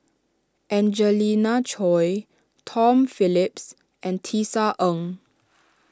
Angelina Choy Tom Phillips and Tisa Ng